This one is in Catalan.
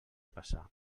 passar